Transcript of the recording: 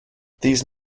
these